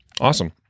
awesome